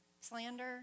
slander